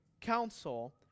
council